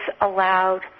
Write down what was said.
allowed